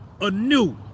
anew